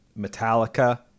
Metallica